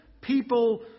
people